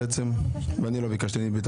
(הוראת